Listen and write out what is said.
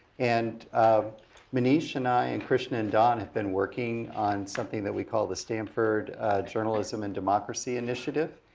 and maneesh and i, and christian and don have been working on something that we call the stanford journalism in democracy initiative.